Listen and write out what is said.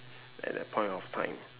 at that point of time